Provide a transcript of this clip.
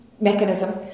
mechanism